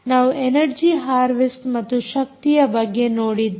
ನಾವು energy harvest ಮತ್ತು ಶಕ್ತಿಯ ಬಗ್ಗೆ ನೋಡಿದ್ದೇವೆ